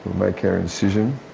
make our incision.